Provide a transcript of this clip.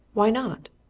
why not?